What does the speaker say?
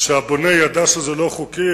שהבונה ידע שזה לא חוקי,